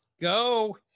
go